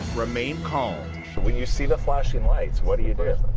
remain calm you see the flashing lights, what do you do?